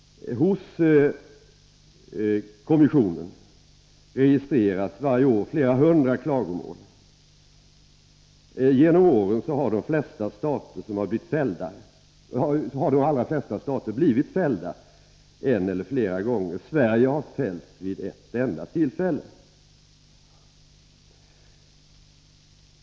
Hos kommissionen registreras varje år flera hundra klagomål. Genom åren har de allra flesta stater blivit fällda en eller flera gånger. Sverige har fällts vid ett enda tillfälle.